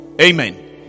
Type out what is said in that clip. Amen